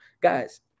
guys